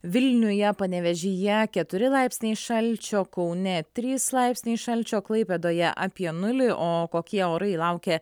vilniuje panevėžyje keturi laipsniai šalčio kaune trys laipsniai šalčio klaipėdoje apie nulį o kokie orai laukia